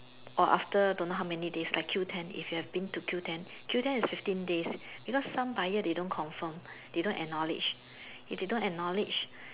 or after don't know how many days like Q-ten if you've been to Q-ten Q-ten is fifteen days because some buyer they don't confirm they don't acknowledge if they don't acknowledge